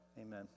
amen